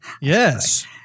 Yes